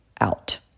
out